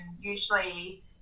usually